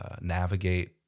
navigate